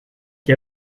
qui